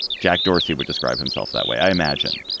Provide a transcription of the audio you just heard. jack dorsey would describe himself that way, i imagine.